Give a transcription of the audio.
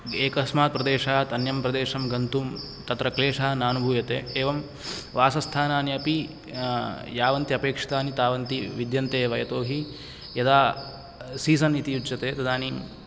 एकस्मात् प्रदेशात् अन्यं प्रदेशं गन्तुं तत्र क्लेशः नानुभूयते एवं वासस्थानान्यपि यावन्त्यपेक्षतानि तावन्ति विद्यन्ते एव यतोहि यदा सीज़न् इति उच्यते तदानीम्